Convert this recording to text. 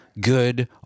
good